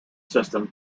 system